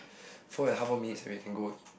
four and half high more minutes then we can go